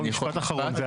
משפט אחרון.